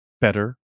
better